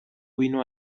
vino